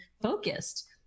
focused